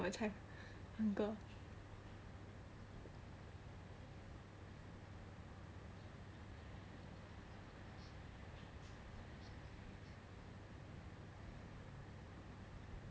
菜饭 uncle